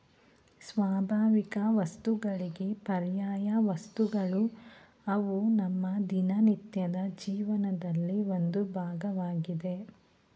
ಸ್ವಾಭಾವಿಕವಸ್ತುಗಳಿಗೆ ಪರ್ಯಾಯವಸ್ತುಗಳು ಅವು ನಮ್ಮ ದಿನನಿತ್ಯದ ಜೀವನದಲ್ಲಿ ಒಂದು ಭಾಗವಾಗಿದೆ